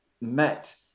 met